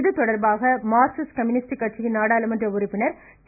இதுதொடர்பாக Marxist communist கட்சியின் நாடாளுமன்ற உறுப்பினர் டி